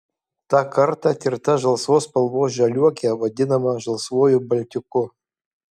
tą kartą tirta žalsvos spalvos žaliuokė vadinama žalsvuoju baltiku